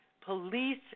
police